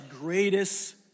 greatest